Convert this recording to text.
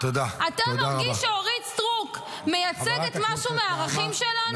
אתה מרגיש שאורית סטרוק מייצגת משהו מהערכים שלנו?